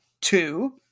two